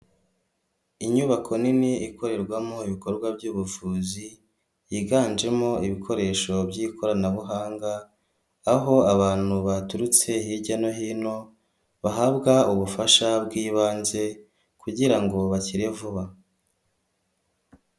Inyubako nini ikorerwamo ibikorwa by'ubuvuzi yiganjemo ibikoresho by'ikoranabuhanga, aho abantu baturutse hirya no hino bahabwa ubufasha bw'ibanze kugira ngo bakire vuba.